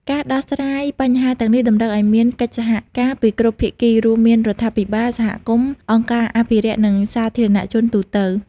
ការដោះស្រាយបញ្ហាទាំងនេះតម្រូវឲ្យមានកិច្ចសហការពីគ្រប់ភាគី រួមមានរដ្ឋាភិបាល សហគមន៍ អង្គការអភិរក្ស និងសាធារណជនទូទៅ។